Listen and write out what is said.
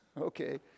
Okay